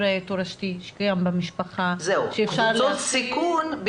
תורשתי שקיים במשפחה שאפשר --- קבוצות סיכון.